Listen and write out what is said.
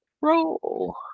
Roll